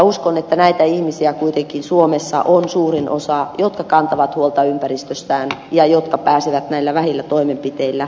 uskon että suomessa on kuitenkin suurin osa näitä ihmisiä jotka kantavat huolta ympäristöstään ja jotka pääsevät näillä vähillä toimenpiteillä